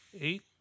eight